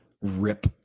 rip